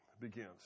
begins